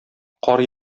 кар